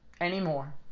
Anymore